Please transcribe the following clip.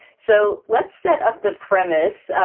so let's set up the premise.